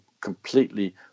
completely